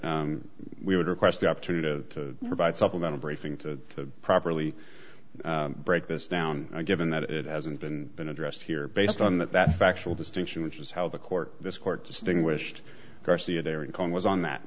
that we would request the opportunity to provide supplemental briefing to properly break this down given that it hasn't been been addressed here based on that that factual distinction which is how the court this court distinguished garcia their income was on that